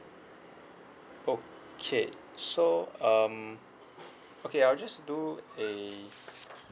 okay so um okay I'll just do a